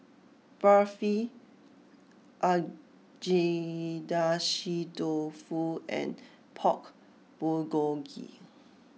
Barfi Agedashi Dofu and Pork Bulgogi